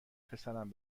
پسرم